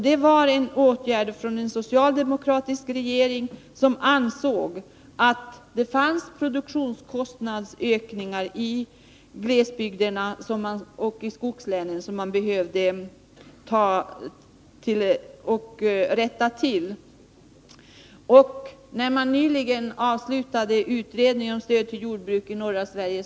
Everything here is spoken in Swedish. Det var en socialdemokratisk regering som vidtog den åtgärden eftersom den ansåg att det fanns produktionskostnadsökningar i glesbygderna och i skogslänen som måste utjämnas. Nyligen avslutades utredningen om stöd till jordbruk i norra Sverige.